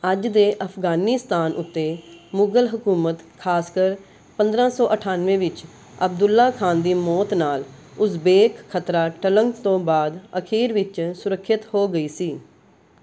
ਅੱਜ ਦੇ ਅਫ਼ਗ਼ਾਨਿਸਤਾਨ ਉੱਤੇ ਮੁਗ਼ਲ ਹਕੂਮਤ ਖ਼ਾਸਕਰ ਪੰਦਰਾਂ ਸੌ ਅਠਾਨਵੇਂ ਵਿੱਚ ਅਬਦੁੱਲਾ ਖ਼ਾਨ ਦੀ ਮੌਤ ਨਾਲ ਉਜ਼ਬੇਕ ਖ਼ਤਰਾ ਟਲਣ ਤੋਂ ਬਾਅਦ ਅਖੀਰ ਵਿੱਚ ਸੁਰੱਖਿਅਤ ਹੋ ਗਈ ਸੀ